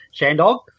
Shandog